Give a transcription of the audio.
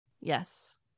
Yes